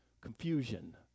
confusion